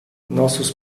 nossos